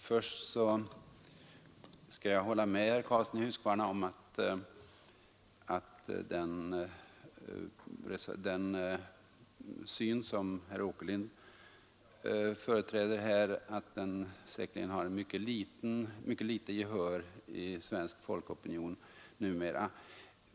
Fru talman! Jag håller med herr Karlsson i Huskvarna om att den åsikt som herr Åkerlind företräder säkerligen har ytterst litet gehör i svensk folkopinion numera.